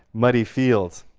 muddy fields.